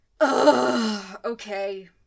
okay